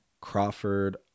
Crawford